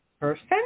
person